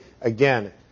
again